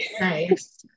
Nice